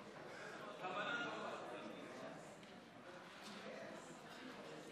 כנסת נכבדה, אני עושה עוד